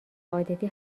عاطفی